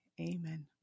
Amen